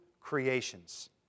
creations